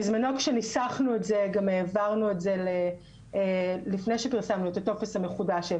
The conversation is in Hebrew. בזמנו כשניסחנו את זה גם העברנו את זה לפני שפרסמנו את הטופס המחודש,